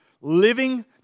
living